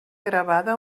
gravada